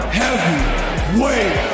heavyweight